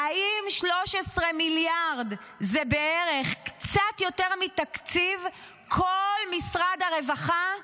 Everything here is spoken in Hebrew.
האם 13 מיליארד זה בערך קצת יותר מתקציב כל משרד הרווחה?